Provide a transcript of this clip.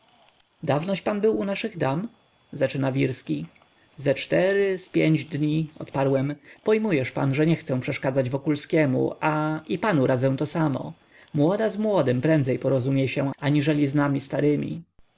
pan był u naszych dam zaczyna wirski ze cztery z pięć dni odparłem pojmujesz pan że nie chcę przeszkadzać wokulskiemu a i panu radzę to samo młoda z młodym prędzej porozumie się aniżeli z nami starymi